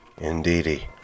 indeedy